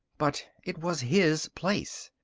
but it was his place.